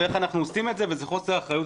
איך אנחנו עושים וזה חוסר אחריות.